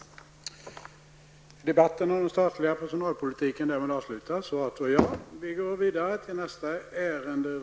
Kammaren övergick till att debattera Vissa polisingripanden.